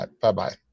Bye-bye